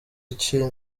iki